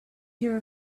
hear